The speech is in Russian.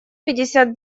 пятьдесят